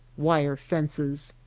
wire fences,